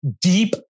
deep